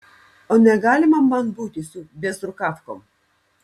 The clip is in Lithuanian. o negalima man būti su bėzrukavkom